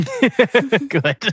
good